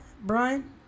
Brian